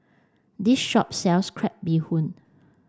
this shop sells crab bee hoon